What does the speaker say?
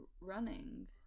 running